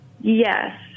Yes